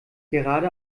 gerade